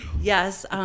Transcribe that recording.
Yes